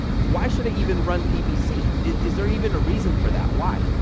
why should i even run ppc? is is there even a reason for that? why,